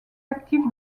actif